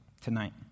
tonight